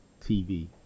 TV